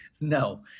no